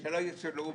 שלא יסולאו בפז.